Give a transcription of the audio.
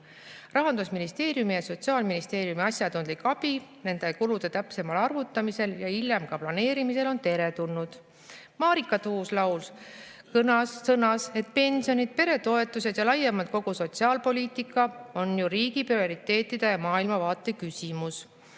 Rahandusministeeriumi ja Sotsiaalministeeriumi asjatundlik abi nende kulude täpsemal arvutamisel ja hiljem ka planeerimisel on teretulnud. Marika Tuus-Laul sõnas, et pensionid, peretoetused ja laiemalt kogu sotsiaalpoliitika on ju riigi prioriteetide ja maailmavaate küsimus.